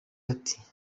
ati